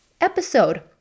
episode